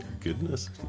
Goodness